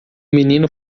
menino